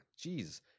Jeez